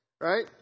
right